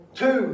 Two